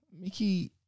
Mickey